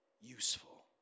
useful